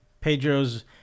Pedro's